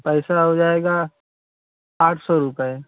पैसा हो जाएगा आठ सौ रुपये